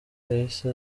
yahise